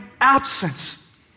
absence